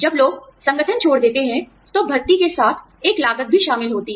जब लोग संगठन छोड़ देते हैं तो भर्ती के साथ एक लागत भी शामिल होती है